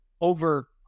Over